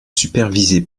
supervisée